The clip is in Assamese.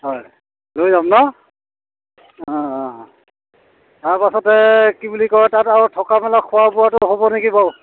হয় লৈ যাম ন অঁ অঁ অঁ তাৰপাছতে কি বুলি কয় তাত আৰু থকা মেলা খোৱা বোৱাটো হ'ব নেকি বাৰু